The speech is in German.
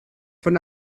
von